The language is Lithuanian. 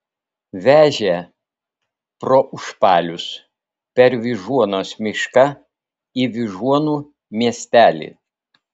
vežė pro užpalius per vyžuonos mišką į vyžuonų miestelį